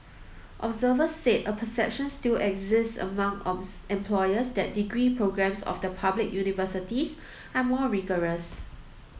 observers said a perception still exists among employers that degree programmes of the public universities are more rigorous